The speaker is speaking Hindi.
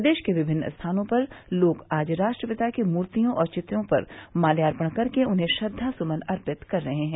प्रदेश के विभिन्न स्थानों पर लोग आज राष्ट्रपिता के मूर्तियों और चित्रों पर मात्यार्पण कर के उन्हें श्रद्वास्मन अर्पित कर रहे हैं